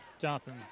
Jonathan –